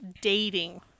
dating